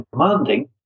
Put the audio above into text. demanding